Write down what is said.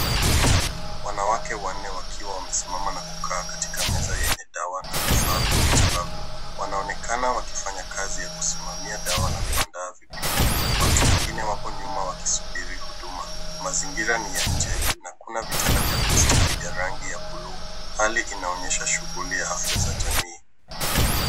Wanawake wanne wakiwa wamesimama na kukaa katika meza yenye dawa na vifaa vya matibabu. Wanonekana wakifanya kazi ya kusimamia dawa na kuandaa vipimo. Watu wengine wapo nyuma wakisubiri huduma. Mazingira ni ya nje na kuna vitanda vya plastiki vya rangi ya buluu. Hali inaonyesha shughuli ya afya za jamii.